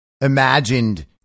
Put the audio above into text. imagined